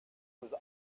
was